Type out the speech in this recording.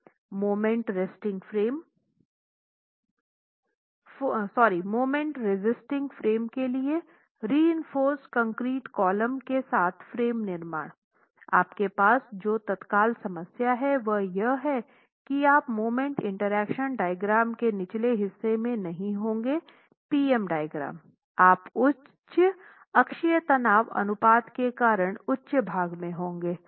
moment resisting frame के लिए reinforce concrete column के साथ फ्रेम निर्माण आपके पास जो तत्काल समस्या है वह यह है कि आप मोमेंट इंटरेक्शन डायग्राम के निचले हिस्से में नहीं होंगे पी एम डायग्राम आप उच्च अक्षीय तनाव अनुपात के कारण उच्च भाग में होंगे